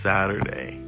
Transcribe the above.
Saturday